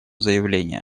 заявление